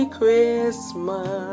christmas